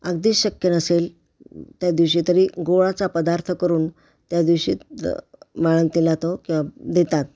अगदीच शक्य नसेल त्या दिवशी तरी गोडाचा पदार्थ करून त्या दिवशी बाळंतिणीला तो किंवा देतात